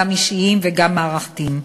גם אישיים וגם מערכתיים.